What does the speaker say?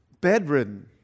bedridden